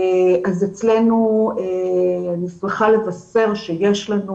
אז אצלנו אני שמחה לבשר שיש לנו